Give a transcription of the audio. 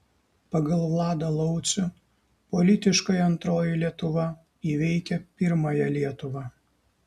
pagal vladą laucių politiškai antroji lietuva įveikia pirmąją lietuvą